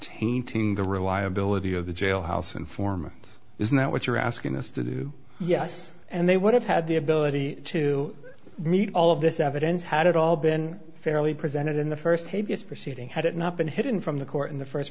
tainting the reliability of the jailhouse informant isn't that what you're asking us to do yes and they would have had the ability to meet all of this evidence had it all been fairly presented in the first k b s proceeding had it not been hidden from the court in the first